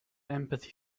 empathy